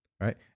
Right